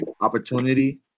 opportunity